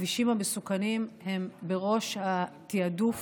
הכבישים המסוכנים הם בראש התיעדוף